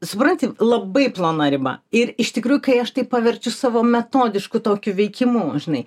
supranti labai plona riba ir iš tikrųjų kai aš tai paverčiu savo metodišku tokiu veikimu žinai